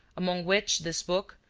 among which this book,